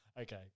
Okay